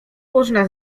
można